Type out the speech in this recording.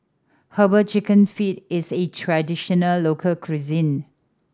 Herbal Chicken Feet is A traditional local cuisine